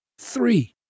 Three